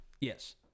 Yes